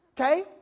okay